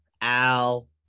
Al